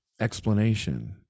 explanation